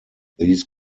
these